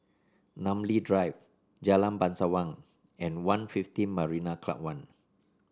Namly Drive Jalan Bangsawan and One Fifteen Marina Club One